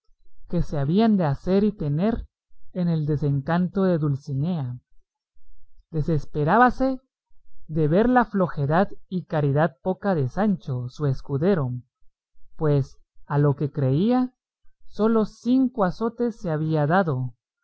que se habían de hacer y tener en el desencanto de dulcinea desesperábase de ver la flojedad y caridad poca de sancho su escudero pues a lo que creía solos cinco azotes se había dado